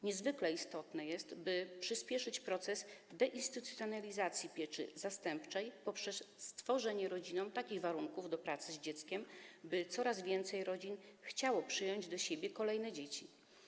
Niezwykle istotne jest, by przyspieszyć proces deinstytucjonalizacji pieczy zastępczej poprzez stworzenie rodzinom takich warunków do pracy z dzieckiem, by coraz więcej rodzin chciało przyjąć do siebie kolejne dzieci.